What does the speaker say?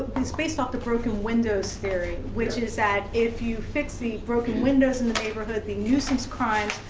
it's based off the broken windows theory, which is that if you fix the broken windows in the neighborhood, the nuisance crimes,